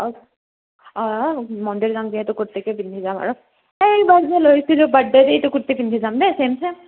অঁ অঁ মন্দিৰ যাম যিহেতু কুৰ্তিকে পিন্ধি যাম আৰু সেইবাৰ যে লৈছিলোঁ বাৰ্থডেত সেইটো কুৰ্তি পিন্ধি যাম দেই ছেম ছেম